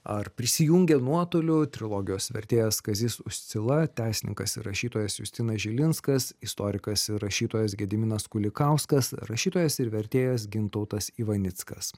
ar prisijungė nuotoliu trilogijos vertėjas kazys uscila teisininkas ir rašytojas justinas žilinskas istorikas ir rašytojas gediminas kulikauskas rašytojas ir vertėjas gintautas ivanickas